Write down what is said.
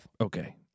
Okay